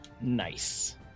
nice